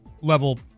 level